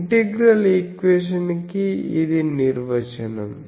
integral equation కి ఇది నిర్వచనం